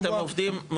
אתם עובדים מעולה.